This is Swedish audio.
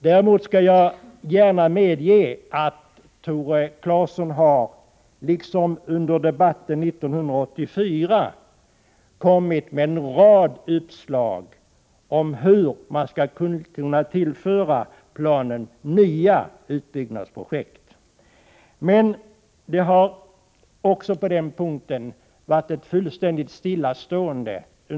Jag skall däremot gärna medge att Tore Claeson har, liksom under debatten 1984, kommit med en rad uppslag om hur planen för vattenkraftsutbyggnad skall kunna tillföras nya utbyggnadsprojekt. Men det har under det år som har gått rått ett fullständigt stillastående.